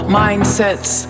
mindsets